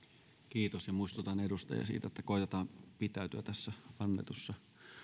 kiitos ja muistutan edustajia siitä että koetetaan pitäytyä tässä annetussa